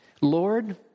Lord